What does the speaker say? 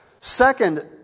Second